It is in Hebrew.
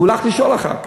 הוא הלך לשאול אחר כך.